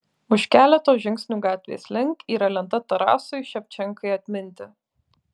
už keleto žingsnių gatvės link yra lenta tarasui ševčenkai atminti